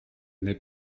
n’est